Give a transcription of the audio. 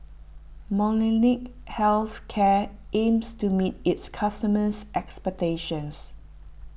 Molnylcke Health Care aims to meet its customers' expectations